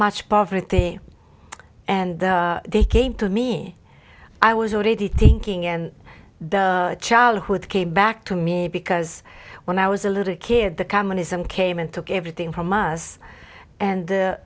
thing and they came to me i was already thinking and the childhood came back to me because when i was a little kid the communism came and took everything from us and